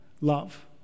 love